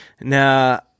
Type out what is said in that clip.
Now